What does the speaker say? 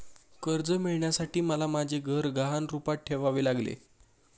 कर्ज मिळवण्यासाठी मला माझे घर गहाण रूपात ठेवावे लागले